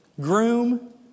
groom